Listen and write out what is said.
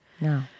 No